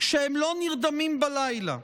שהם לא נרדמים בלילה,